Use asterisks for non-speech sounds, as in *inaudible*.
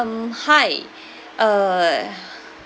um hi *breath* uh *noise*